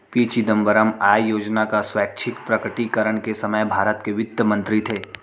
P Chidambaram आय योजना का स्वैच्छिक प्रकटीकरण के समय भारत के वित्त मंत्री थे